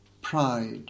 pride